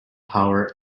power